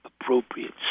appropriate